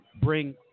bring